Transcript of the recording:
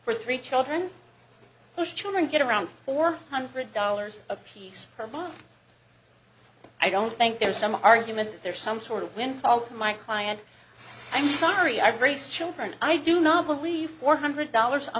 for three children whose children get around four hundred dollars apiece per month i don't think there's some argument that there's some sort of windfall my client i'm sorry i raise children i do not believe four hundred dollars a